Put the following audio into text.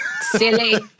Silly